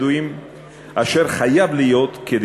אשר אומצה פה אחד